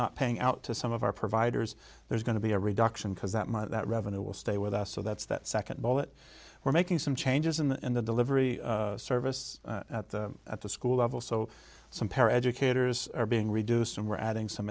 not paying out to some of our providers there's going to be a reduction because that might that revenue will stay with us so that's that second ball that we're making some changes in the in the delivery service at the school level so some pair educators are being reduced and we're adding some